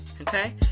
okay